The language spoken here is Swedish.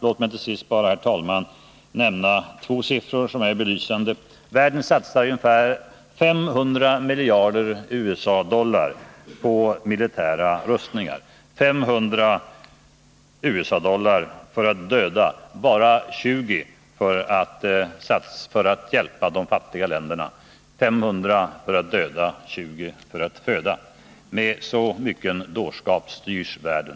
Låt mig till sist, herr talman, bara nämna några siffror som är belysande: Världen satsar ungefär 500 miljarder USA-dollar på militära rustningar, men bara 20 miljarder för att hjälpa de fattiga länderna. 500 miljarder för att döda, 20 miljarder för att föda. Med så mycken dårskap styrs världen.